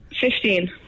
Fifteen